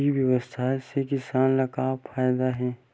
ई व्यवसाय से किसान ला का फ़ायदा हे?